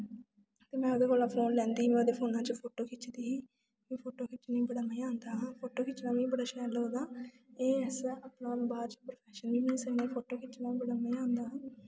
ते में ओह्दै कोला दा फोन लैंदी ही ते ओह्दे फोना च फोटो खिचदी ही ते फोटो खिच्चने गी बड़ा मज़ाजा आंदा हा फोटो खिच्चना मिगी बड़ा शैल लगदा एह् सब बाद च जिसलै में फोटो खिच्चना बड़ा मजा आंदा हा